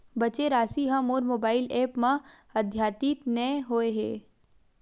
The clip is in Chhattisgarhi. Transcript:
बचे राशि हा मोर मोबाइल ऐप मा आद्यतित नै होए हे